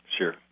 Sure